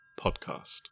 Podcast